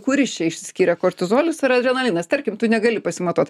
kuris čia išsiskiria kortizolis ar adrenalinas tarkim tu negali pasimatuot